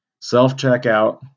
self-checkout